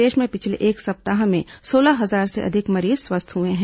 प्रदेश में पिछले एक सप्ताह में सोलह हजार से अधिक मरीज स्वस्थ हुए हैं